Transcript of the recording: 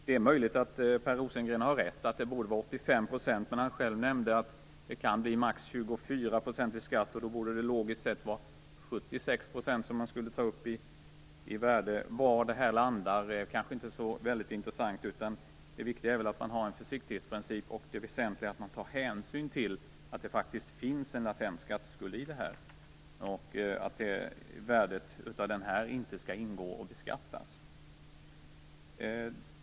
Det är möjligt att Per Rosengren har rätt i att värdet borde vara 85 %. Men han nämnde själv att det kan bli maximalt 24 % skatt. Då borde det logiskt sett vara 76 % som skulle tas upp som värde. Var detta landar kanske inte är så väldigt intressant. Det väsentliga är att man har en försiktighetsprincip som innebär att man tar hänsyn till att det faktiskt finns en latent skatteskuld i kursvärdet och att värdet inte skall ingå och beskattas.